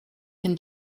can